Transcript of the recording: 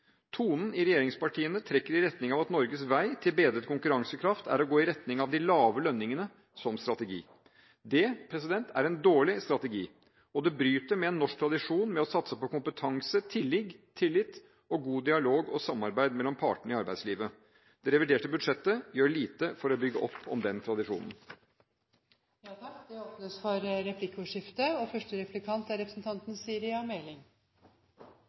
Tonen i regjeringspartiene trekker i retning av at Norges vei til bedret konkurransekraft er å gå retning av de lave lønningene som strategi. Det er en dårlig strategi, og det bryter med en norsk tradisjon med å satse på kompetanse, tillit, god dialog og godt samarbeid mellom partene i arbeidslivet. Det reviderte budsjettet gjør lite for å bygge opp om den tradisjonen. Det blir replikkordskifte. Først har jeg lyst til å gratulere representanten